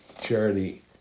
charity